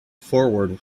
forward